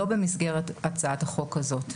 לא במסגרת הצעת החוק הזאת.